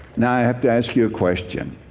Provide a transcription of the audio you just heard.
now i have to ask you a question.